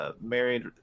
Married